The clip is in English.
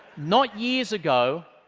not years ago,